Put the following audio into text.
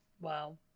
Wow